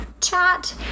chat